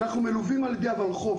אנחנו מלווים על ידי הוולחו"ף.